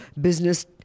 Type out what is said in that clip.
business